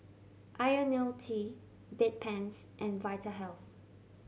Ionil T Bedpans and Vitahealth